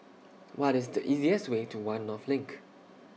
What IS The easiest Way to one North LINK